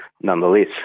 Nonetheless